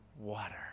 water